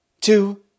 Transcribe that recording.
two